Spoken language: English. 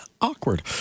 Awkward